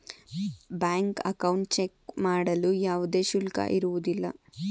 bank account check ಮಾಡಲು ಯಾವುದೇ ಶುಲ್ಕ ಇರುವುದಿಲ್ಲ